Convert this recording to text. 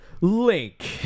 Link